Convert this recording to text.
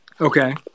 okay